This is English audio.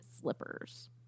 slippers